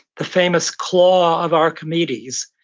the famous claw of archimedes,